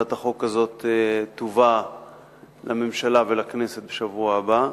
הצעת החוק הזאת תובא לממשלה ולכנסת בשבוע הבא,